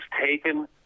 taken